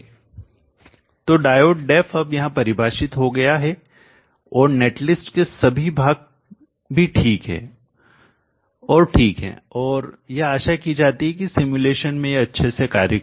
तो diode Def अब यहां परिभाषित हो गया है और नेट लिस्ट के सभी भाग भी ठीक हैं और ठीक है और यह आशा की जाती है कि सिमुलेशन में यह अच्छे से कार्य करेगा